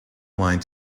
line